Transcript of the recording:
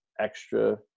extra